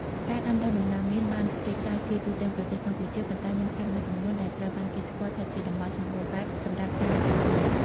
ការដាំដុះដំណាំមៀនបានរីកសាយភាយទូទាំងប្រទេសកម្ពុជា ប៉ុន្តែមានខេត្តមួយចំនួនដែលត្រូវបានគេស្គាល់ថាជាតំបន់សម្បូរបែបសម្រាប់ការដាំមៀន។